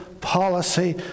policy